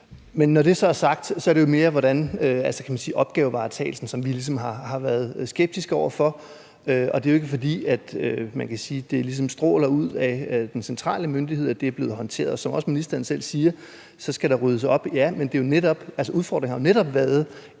få. Når det så er sagt, er det jo mere opgavevaretagelsen, kan man sige, som vi ligesom har været skeptiske over for, og det er jo ikke, fordi man kan sige, at det ligesom stråler ud af den centrale myndighed, at det er blevet håndteret. Som også ministeren selv siger, skal der ryddes op, ja, men altså udfordringen har jo netop været